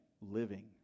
Living